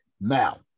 Now